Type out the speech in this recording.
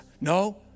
No